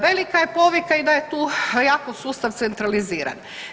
Velika je povika i da je tu jako sustav centraliziran.